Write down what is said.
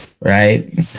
right